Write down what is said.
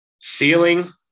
ceiling –